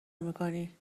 میکنی